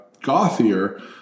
Gothier